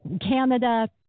Canada